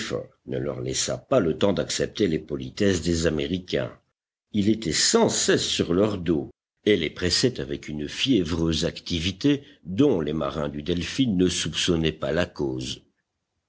ne leur laissa pas le temps d'accepter les politesses des américains il était sans cesse sur leur dos et les pressait avec une fiévreuse activité dont les marins du delphin ne soupçonnaient pas la cause